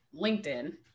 LinkedIn